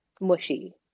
mushy